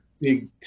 big